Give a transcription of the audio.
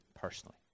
personally